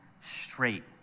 straight